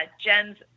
Jen's